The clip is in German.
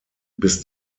bis